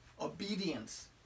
obedience